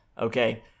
okay